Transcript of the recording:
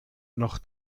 noch